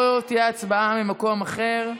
לא תהיה ההצבעה ממקום אחר,